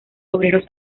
obreros